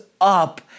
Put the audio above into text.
up